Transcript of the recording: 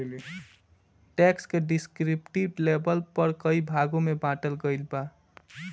tax के descriptive label पर कई भाग में बॉटल गईल बा